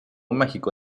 mágico